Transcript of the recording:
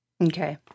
Okay